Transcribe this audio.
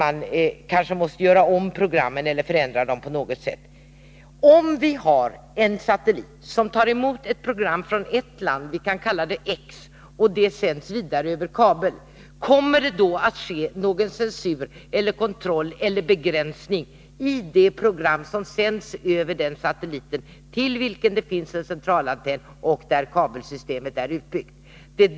Min viktiga fråga till kulturministern är: Om vi har en satellit, som tar emot ett program från ett land och programmet sänds vidare över kabel, kommer det då att ske någon censur, kontroll eller förändring av det program som sänds över den satelliten, till vilken det finns en centralantenn och ett utbyggt kabel-TV-system?